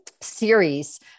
series